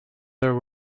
there